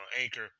Anchor